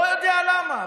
אני לא יודע למה.